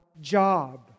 job